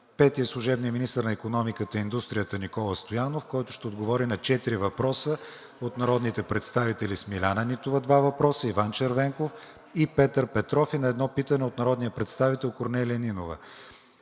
- служебният министър на икономиката и индустрията Никола Стоянов, който ще отговори на четири въпроса от народните представители Смиляна Нитова – два въпроса; Иван Червенков и Петър Петров; и на едно питане от народния представител Корнелия Нинова;